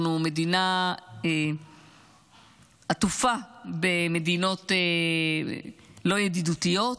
אנחנו מדינה עטופה במדינות לא ידידותיות,